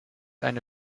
eine